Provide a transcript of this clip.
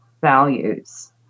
values